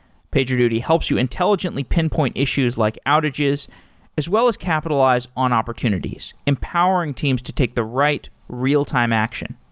pagerduty helps you intelligently pinpoint issues like outages as well as capitalize on opportunities empowering teams to take the right real-time action.